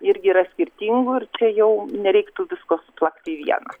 irgi yra skirtingų ir čia jau nereiktų visko suplakti į vieną